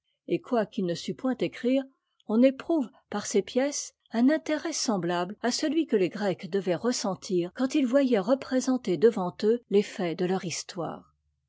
et quoiqu'il ne sût point écrire on éprouve par ses pièces un intérêt semblable à celui que les grecs devaient ressentir quand ils voyaient représenter devant eux les faits de leur histoire